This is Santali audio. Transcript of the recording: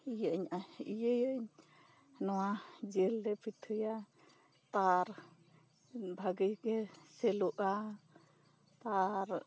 ᱤᱭᱟᱹ ᱟᱹᱧ ᱱᱚᱣᱟ ᱡᱮᱞᱨᱮ ᱯᱤᱴᱷᱟᱹᱭᱟ ᱟᱨ ᱵᱷᱟᱜᱮ ᱜᱮ ᱥᱮᱞᱚᱜᱼᱟ ᱟᱨ